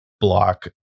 block